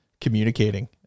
communicating